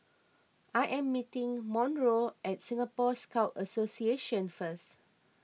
I am meeting Monroe at Singapore Scout Association first